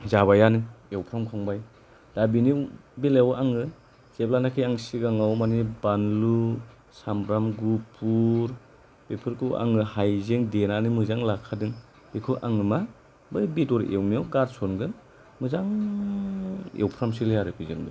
जाबायानो एवफ्रामखांबाय दा बिनि बेलायाव आङो जेब्ला नाखि आं सिगाङाव मानि बानलु सामब्राम गुफुर बेफोरखौ आङो हायजें देनानै मोजां लाखादों बेखौ आङो मा बै बेदर एवनायाव गारसनगोन मोजां एवफ्रामसैलाय आरो बेजोंनो